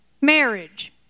marriage